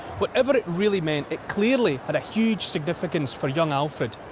whatever it really meant, it clearly had a huge significance for young alfred,